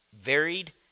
varied